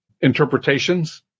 interpretations